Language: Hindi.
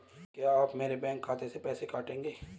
क्या आप मेरे बैंक खाते से पैसे काटेंगे?